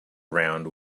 round